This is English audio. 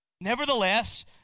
Nevertheless